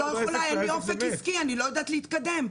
אין לי אופק עסקי, אני לא יודעת להתקדם.